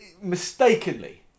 mistakenly